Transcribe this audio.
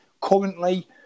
currently